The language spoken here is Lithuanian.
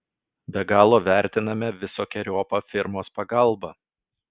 be galo vertiname visokeriopą firmos pagalbą